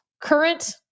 current